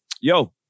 Yo